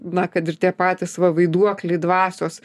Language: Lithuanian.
na kad ir tie patys va vaiduokliai dvasios